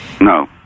No